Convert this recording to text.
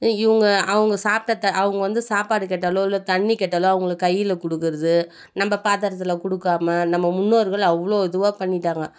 இவங்க அவங்க சாப்பிட்டத்த அவங்க வந்து சாப்பாடு கேட்டாலோ இல்லை தண்ணி கேட்டாலோ அவங்களுக்கு கையில் கொடுக்கறது நம்ப பாத்தரத்தில் கொடுக்காம நம்ம முன்னோர்கள் அவ்வளோ இதுவாக பண்ணிட்டாங்கள்